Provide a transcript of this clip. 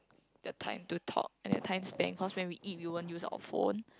the time to talk and the time spend cause when we eat we won't use our phone